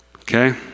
Okay